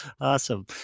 awesome